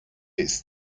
ist